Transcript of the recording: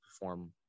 perform